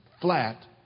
flat